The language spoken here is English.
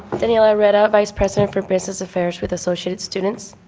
daniela rueda, vice president for business affairs with associated students.